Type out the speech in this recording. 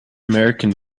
american